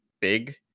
big